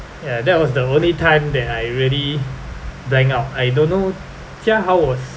ya that was the only time I really blank out I don't know jiahao was